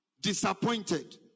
disappointed